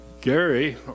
Gary